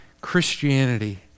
Christianity